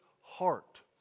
heart